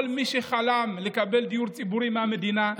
כל מי שחלם לקבל דיור ציבורי מהמדינה,